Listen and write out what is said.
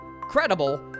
credible